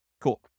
Cool